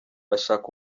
bashaka